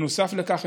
נוסף על כך,